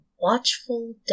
watchful